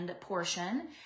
portion